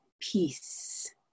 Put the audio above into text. peace